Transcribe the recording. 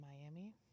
Miami